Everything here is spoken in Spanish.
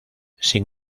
sin